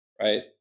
right